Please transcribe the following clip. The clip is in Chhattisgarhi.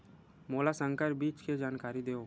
मोला संकर बीज के जानकारी देवो?